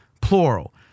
Plural